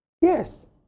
Yes